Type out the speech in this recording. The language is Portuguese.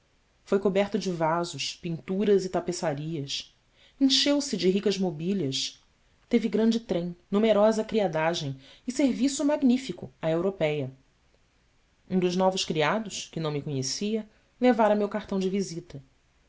foi coberto de vasos pinturas e tapeçarias encheu-se de ricas mobílias teve grande trem numerosa criadagem e serviço magnífico à européia um dos novos criados que não me conhecia levara meu cartão de visita